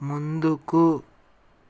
ముందుకు